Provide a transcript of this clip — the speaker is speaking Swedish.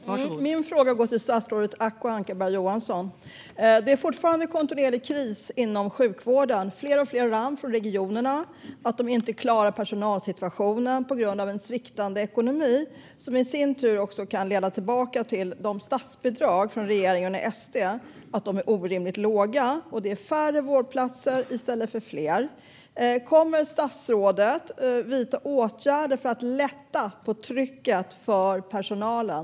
Fru talman! Min fråga går till statsrådet Acko Ankarberg Johansson. Det är fortfarande kontinuerlig kris inom sjukvården. Vi hör fler och fler larm från regionerna om att de inte klarar personalsituationen på grund av en sviktande ekonomi, som i sin tur kan härledas tillbaka till att statsbidragen från regeringen och SD är orimligt låga. Det är färre vårdplatser i stället för fler. Kommer statsrådet att vidta åtgärder för att lätta på trycket för personalen?